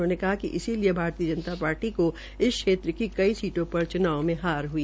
उन्होंने कहा कि इसलिए भारतीय जनता पार्टी को इस क्षेत्र की कई सीटों पर चुनाव में हार हई